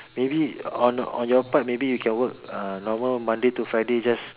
maybe on on your part maybe you can work uh normal on Monday to Friday just